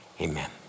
amen